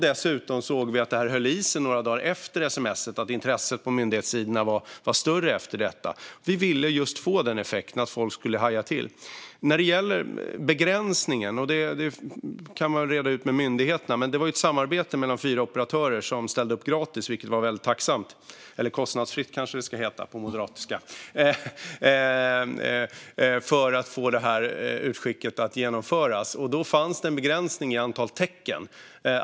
Dessutom såg vi att intresset på myndighetssidorna var större efter sms:et och höll i sig några dagar efter det. Vi ville få just den effekten: att folk skulle haja till. När det gäller begränsningen kan man väl reda ut det med myndigheterna, men det var ett samarbete mellan fyra operatörer som ställde upp gratis - eller kostnadsfritt kanske det ska heta på moderatiska - så att utskicket kunde genomföras, vilket var väldigt tacknämligt. Då fanns det en begränsning i antalet tecken.